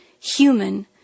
human